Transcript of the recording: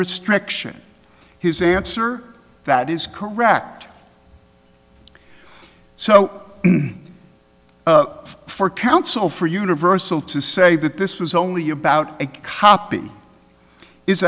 restriction his answer that is correct so for counsel for universal to say that this was only about a copy is